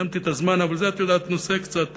סיימתי את הזמן, אבל זה, את יודעת, נושא קצת,